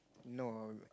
no